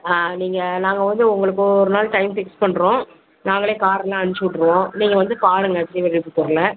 நீங்கள் நாங்கள் வந்து உங்களுக்கு ஒரு நாள் டைம் ஃபிக்ஸ் பண்ணுறோம் நாங்களே காரெலாம் அனுச்சுவுட்ருவோம் நீங்கள் வந்து ஸ்ரீவில்லிபுத்தூரில்